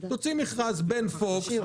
תוציא מכרז בין פוקס,